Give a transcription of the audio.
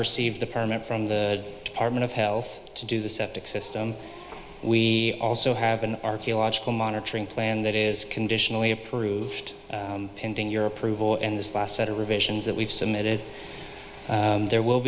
received a permit from the department of health to do the septic system we also have an archaeological monitoring plan that is conditionally approved pending your approval and this last set of revisions that we've submitted there will